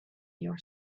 your